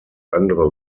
andere